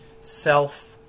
self